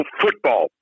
football